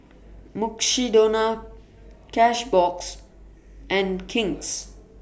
Mukshidonna Cashbox and King's